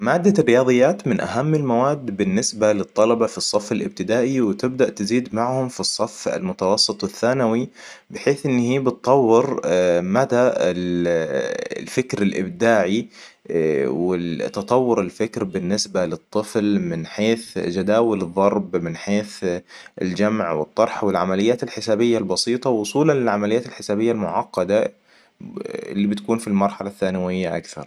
مادة الرياضيات من أهم المواد بالنسبة للطلبة في الصف الإبتدائي وتبدأ تزيد معهم في الصف المتوسط والثانوي بحيث ان هي بتطور مدى الفكر الإبداعي والتطور الفكر بالنسبة للطفل من حيث جداول الضرب من حيث الجمع والطرح والعمليات الحسابية البسيطة وصولاً للعمليات الحسابية المعقدة اللي بتكون في المرحلة الثانوية أكثر